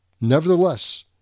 Nevertheless